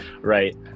right